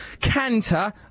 Canter